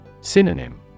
Synonym